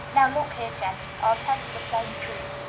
now look here, jennie, i'll tell you the plain truth.